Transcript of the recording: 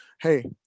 hey